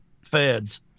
feds